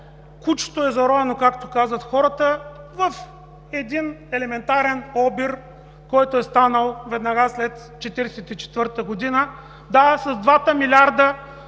кучето е заровено, както казват хората, е в един елементарен обир, който е станал веднага след 1944 г. Да, с двата милиарда